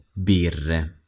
birre